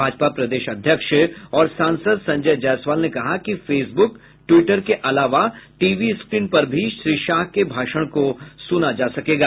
भाजपा प्रदेश अध्यक्ष और सांसद संजय जायसवाल ने कहा कि फेसबुक टवीटर के अलावा टीवी स्क्रीन पर भी श्री शाह के भाषण को सुना जा सकेगा